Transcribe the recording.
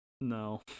No